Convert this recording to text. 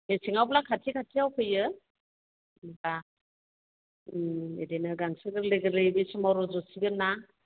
मेसेंआवब्ला खाथि खाथियाव फैयो होमबा बिदिनो गांसो गोरलै गोरलै बे समाव रज' सिगोन ना